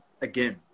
again